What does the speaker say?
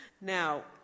Now